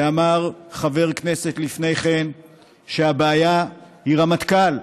ואמר חבר כנסת לפני כן שהבעיה היא הרמטכ"ל.